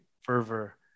Fervor